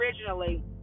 originally